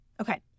Okay